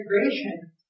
integration